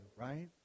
right